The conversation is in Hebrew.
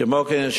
כמו כן,